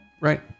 right